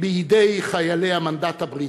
בידי חיילי המנדט הבריטי.